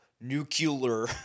nuclear